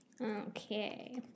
Okay